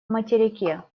материке